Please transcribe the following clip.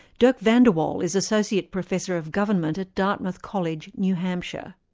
dirk vandewalle is associate professor of government at dartmouth college, new hampshire.